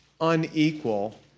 unequal